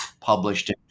published